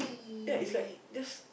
yeah it's like just